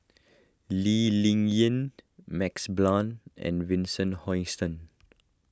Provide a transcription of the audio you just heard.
Lee Ling Yen Max Blond and Vincent Hoisington